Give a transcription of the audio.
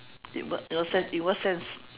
in what in what sense in what sense